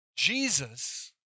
Jesus